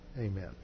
Amen